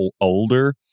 older